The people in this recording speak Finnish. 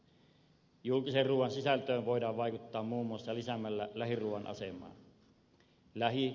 julkisen ruuan sisältöön voidaan vaikuttaa muun muassa parantamalla lähiruuan asemaa